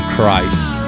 Christ